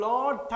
Lord